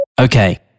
Okay